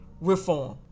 reform